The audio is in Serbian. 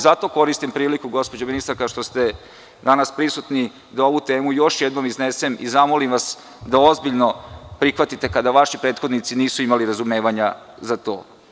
Zato koristim priliku, gospođo ministarka, što ste danas prisutni da ovu temu još jednom iznesem i zamolim vas da ozbiljno prihvatite kada vaši prethodnici nisu imali razumevanja za to.